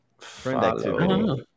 Follow